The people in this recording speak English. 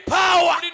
power